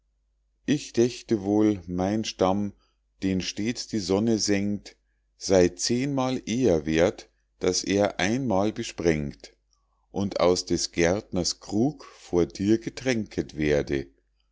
ich dächte wohl mein stamm den stets die sonne sengt sey zehnmal eher werth daß er einmal besprengt und aus des gärtners krug vor dir getränket werde